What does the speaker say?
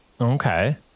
okay